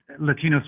latinos